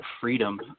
freedom